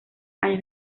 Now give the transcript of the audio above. años